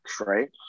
right